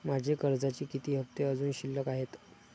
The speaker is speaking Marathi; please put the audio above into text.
माझे कर्जाचे किती हफ्ते अजुन शिल्लक आहेत?